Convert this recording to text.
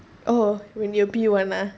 oh when you were in P one lah